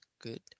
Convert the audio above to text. good